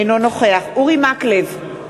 אינו נוכח אורי מקלב,